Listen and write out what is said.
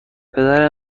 پدر